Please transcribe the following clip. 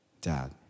dad